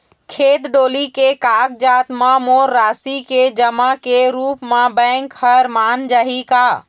खेत डोली के कागजात म मोर राशि के जमा के रूप म बैंक हर मान जाही का?